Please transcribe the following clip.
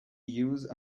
use